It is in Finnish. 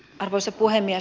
arvoisa puhemies